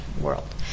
world